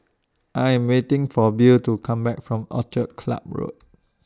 I Am waiting For Bill to Come Back from Orchid Club Road